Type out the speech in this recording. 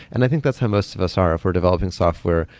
and i think that's how most of us are for developing software,